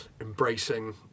embracing